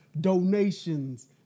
donations